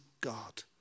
God